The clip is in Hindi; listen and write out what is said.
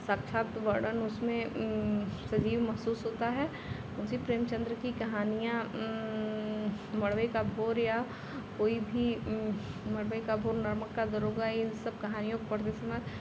साक्षात वर्णन उसमें सजीव महसूस होता है मुंशी प्रेमचन्द की कहानियाँ मड़बे का भोर या कोई भी मड़बै का भोर नमक का दरोगा इन सब कहानियों पर जितना